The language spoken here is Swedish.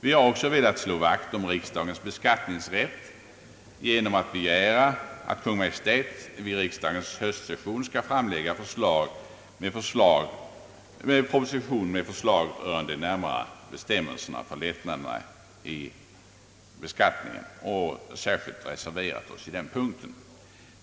Vi har velat slå vakt om riksdagens beskattningsrätt genom att begära att Kungl. Maj:t vid riksdagens höstsession skall framlägga proposition med förslag rörande de närmare bestämmelserna för lättnaderna i beskattningen, och vi har särskilt reserverat oss på den punkten.